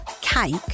cake